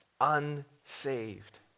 unsaved